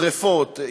שרפות,